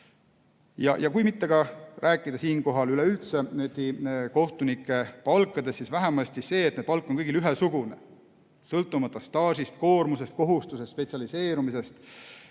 Ja kui ka mitte rääkida siinkohal üleüldse kohtunike palkadest, siis vähemasti see, et palk on kõigil ühesugune, sõltumata staažist ja koormusest, kohustuste spetsialiteedist,